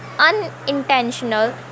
unintentional